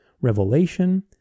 Revelation